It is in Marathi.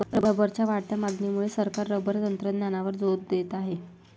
रबरच्या वाढत्या मागणीमुळे सरकार रबर तंत्रज्ञानावर जोर देत आहे